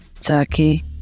Turkey